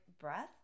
breath